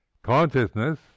Consciousness